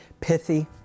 pithy